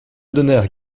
donnèrent